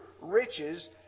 riches